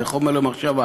זה חומר למחשבה.